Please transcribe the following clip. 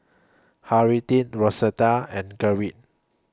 Harriette Rosetta and Gerrit